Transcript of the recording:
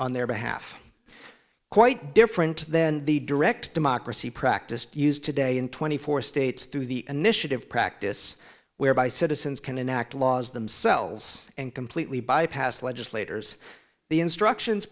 on their behalf quite different than the direct democracy practiced used today in twenty four states through the initiative practice whereby citizens can enact laws themselves and completely bypass legislators the instructions